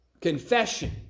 confession